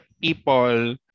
people